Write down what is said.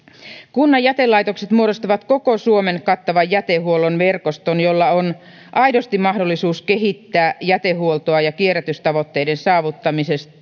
kunnan jätelaitokset muodostavat koko suomen kattavan jätehuollon verkoston jolla on aidosti mahdollisuus kehittää jätehuoltoa ja kierrätystavoitteiden saavuttamista